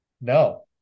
No